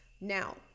Now